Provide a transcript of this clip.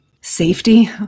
Safety